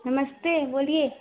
नमस्ते बोलिए